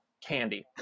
candy